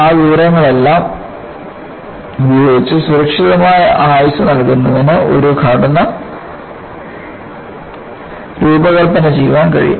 ആ വിവരങ്ങളെല്ലാം ഉപയോഗിച്ച് സുരക്ഷിതമായ ആയുസ്സ് നൽകുന്നതിന് ഒരു ഘടന രൂപകൽപ്പന ചെയ്യാൻ കഴിയും